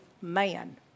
man